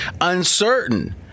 uncertain